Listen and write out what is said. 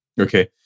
Okay